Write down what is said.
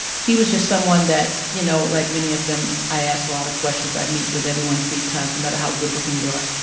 he was just someone that you know, like many of them, i asked a lot of questions. i meet with everyone three times no matter how good-looking you are.